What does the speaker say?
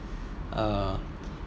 uh